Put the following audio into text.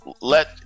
let